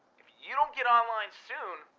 if you don't get online soon,